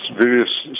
various